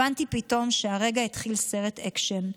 הבנתי פתאום שהרגע התחיל סרט אקשן,